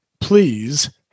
Please